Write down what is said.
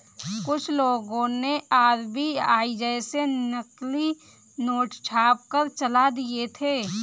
कुछ लोगों ने आर.बी.आई जैसे नकली नोट छापकर चला दिए थे